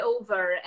over